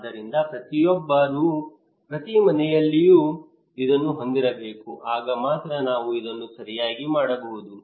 ಆದ್ದರಿಂದ ಪ್ರತಿಯೊಬ್ಬರು ಪ್ರತಿ ಮನೆಯಲ್ಲೂ ಇದನ್ನು ಹೊಂದಿರಬೇಕು ಆಗ ಮಾತ್ರ ನಾವು ಇದನ್ನು ಸರಿಯಾಗಿ ಮಾಡಬಹುದು